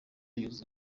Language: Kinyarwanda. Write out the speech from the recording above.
yuzuza